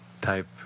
type